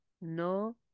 No